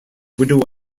widow